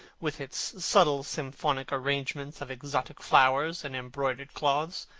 with its subtle symphonic arrangements of exotic flowers, and embroidered cloths,